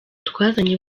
twazanye